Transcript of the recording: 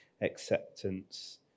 acceptance